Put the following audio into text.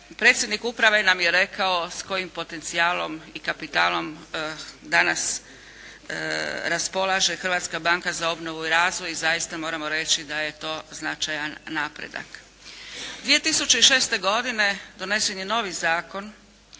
Predsjednik uprave nam je rekao s kojim potencijalom i kapitalom danas raspolaže Hrvatska banka za obnovu i razvoj i zaista moramo reći da je to značajan napredak. 2006. godine donesen je novi zakon